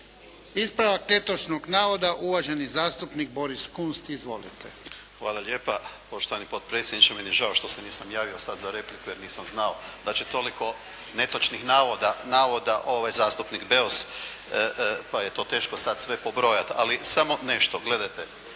Ispravak netočnog navoda, uvaženi zastupnik Boris Kunst. Izvolite. **Kunst, Boris (HDZ)** Hvala lijepa poštovani potpredsjedniče. Meni je žao što se nisam javio sad za repliku jer nisam znao da će toliko netočnih navoda ovaj zastupnik Beus, pa je to teško sad sve pobrojati. Ali samo nešto, gledajte.